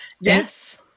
yes